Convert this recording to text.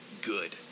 Good